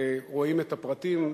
רואים את הפרטים,